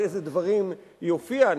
בעד איזה דברים היא הופיעה,